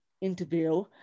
interview